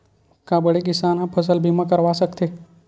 का बड़े किसान ह फसल बीमा करवा सकथे?